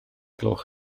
gloch